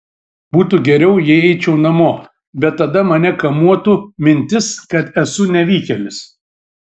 būtų geriau jei eičiau namo bet tada mane kamuotų mintis kad esu nevykėlis